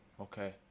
okay